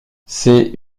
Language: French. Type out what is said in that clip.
c’est